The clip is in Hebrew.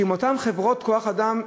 של אותן חברות כוח-אדם.